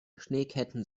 schneeketten